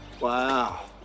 Wow